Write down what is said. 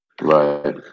Right